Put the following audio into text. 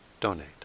donate